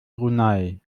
brunei